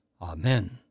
Amen